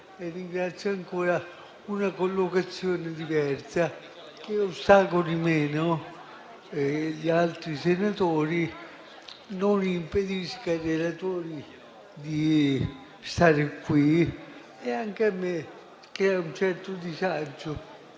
la ringrazio ancora - una collocazione diversa, che ostacoli meno gli altri senatori, non impedisca ai relatori di stare qui e anche a me che ho un certo disagio.